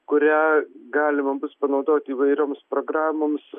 kurią galima bus panaudot įvairioms programoms